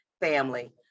family